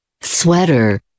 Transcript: sweater